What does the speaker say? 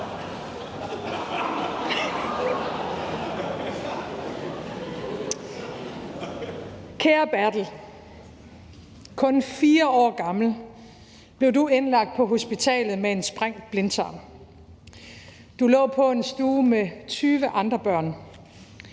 Kære Bertel, kun 4 år gammel blev du indlagt på hospitalet med en sprængt blindtarm; du lå på en stue med 20 andre børn;